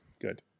Good